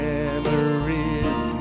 Memories